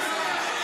בושה,